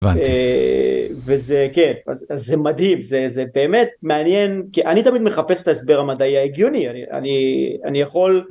וזה כן זה מדהים זה זה באמת מעניין כי אני תמיד מחפש את ההסבר המדעי ההגיוני אני אני יכול.